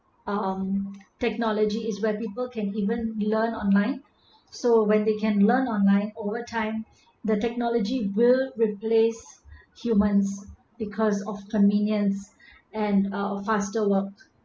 um technology is where people can even learn online so when they can learn online overtime the technology will replace humans because of convenience and uh faster work